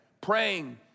praying